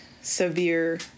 severe